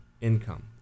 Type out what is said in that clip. income